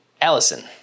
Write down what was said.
Allison